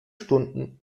stunden